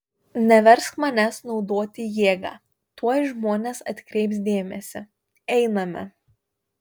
neversk manęs naudoti jėgą tuoj žmonės atkreips dėmesį einame